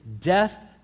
death